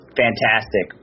fantastic